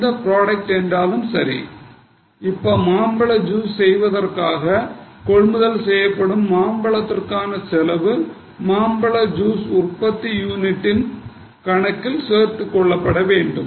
எந்த பிராடக்ட் என்றாலும் சரி இப்ப மாம்பழ ஜூஸ் செய்வதற்காக கொள்முதல் செய்யப்படும் மாம்பழத்திற்கான செலவு மாம்பழ ஜூஸ் உற்பத்தி யூனிட்டின் கணக்கில் சேர்த்துக் கொள்ள வேண்டும்